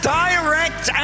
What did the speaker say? direct